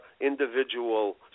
individual